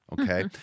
Okay